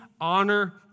honor